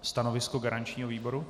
Stanovisko garančního výboru?